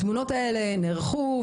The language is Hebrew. התמונות האלה נערכו,